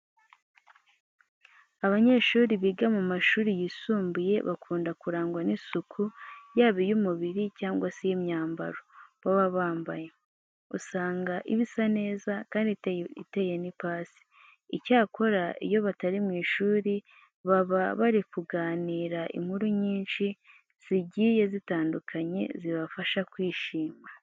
Abanyeshuri biga mu mashuri yisumbuye bakunda kurangwa n'isuku yaba iy'umubiri cyangwa se iy'imyambaro baba bambaye. Usanga iba isa neza kandi iteye n'ipasi. Icyakora, iyo batari mu ishuri baba bari kuganira inkuru nyinshi zigiye zitandukanye zibafasha kwishima.